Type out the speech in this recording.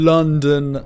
London